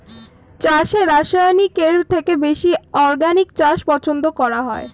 চাষে রাসায়নিকের থেকে বেশি অর্গানিক চাষ পছন্দ করা হয়